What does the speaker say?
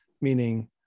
meaning